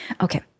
Okay